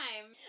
time